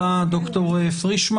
תודה רבה כבוד היושב-ראש,